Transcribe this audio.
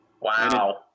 Wow